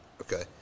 Okay